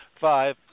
five